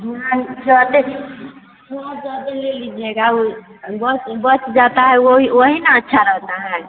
हाँ चौतीस हाँ तो अभी ले लीजिएगा वो बच बच जाता है वही वही न अच्छा रहता है